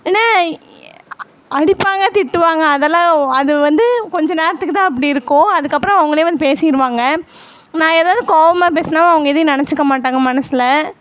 ஆனால் அடிப்பாங்க திட்டுவாங்க அதெல்லாம் அது வந்து கொஞ்சம் நேரத்துக்குதான் அப்படி இருக்கும் அதுக்கப்பறம் அவங்களே வந்து பேசிடுவாங்க நான் ஏதாவது கோவமா பேசுனாவும் அவங்க எதையும் நினச்சிக்க மாட்டாங்க மனசுல